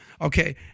Okay